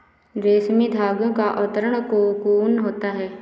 रेशमी धागे का आवरण कोकून होता है